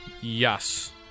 Yes